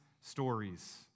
stories